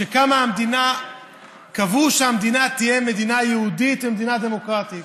כשקמה המדינה קבעו שהמדינה תהיה מדינה יהודית ומדינה דמוקרטית,